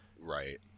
Right